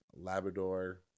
Labrador